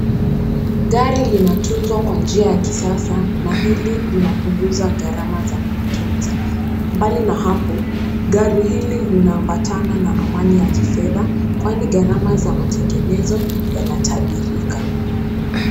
Gari linatunzwa kwa njia ya kisasa, na hili linapunguza gharama za kuitunza. Mbali na hapo, gari hili linaambatana na amani ya kifedha, kwani gharama za matengenezo yanatabirika.